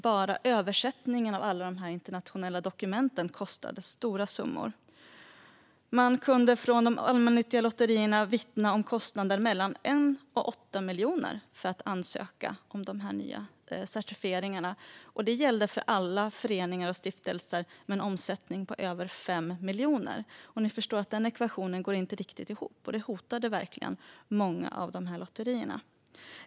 Bara översättningen av alla internationella dokument kostade stora summor. De allmännyttiga lotterierna vittnade om kostnader på mellan 1 miljon och 8 miljoner för att ansöka om de nya certifikaten, och det gällde för alla föreningar och stiftelser med en omsättning på över 5 miljoner. Som ni förstår går den ekvationen inte riktigt ihop, och det hotade verkligen många av dessa lotterier.